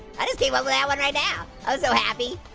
i just came up with that one right now. i was so happy.